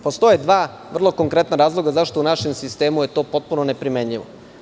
Postoje dva vrlo konkretna razloga zašto u našem sistemu je to potpuno neprimenljivo.